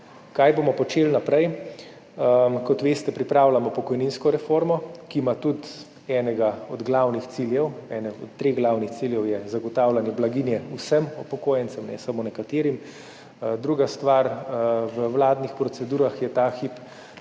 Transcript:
Kaj bomo počeli naprej? Kot veste, pripravljamo pokojninsko reformo, ki ima tudi enega od treh glavnih ciljev, in sicer zagotavljanje blaginje vsem upokojencem, ne samo nekaterim. Druga stvar, v vladnih procedurah je ta hip